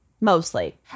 Mostly